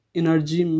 energy